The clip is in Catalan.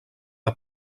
que